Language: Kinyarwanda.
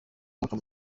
akaba